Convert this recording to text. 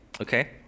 okay